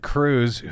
Cruz